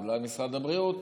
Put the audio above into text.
אולי משרד הבריאות.